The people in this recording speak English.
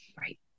right